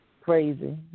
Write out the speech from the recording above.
Crazy